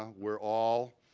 ah were all